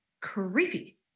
creepy